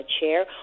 chair